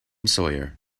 sawyer